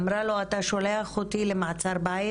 אמרה לו: אתה שולח אותי למעצר בית,